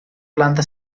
planta